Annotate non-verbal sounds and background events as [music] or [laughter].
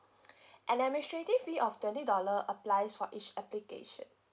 [breath] an administrative fee of twenty dollar applies for each application